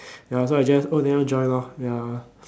ya so I just oh never join lor ya